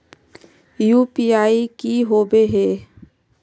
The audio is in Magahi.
यु.पी.आई की होबे है?